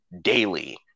daily